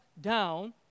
down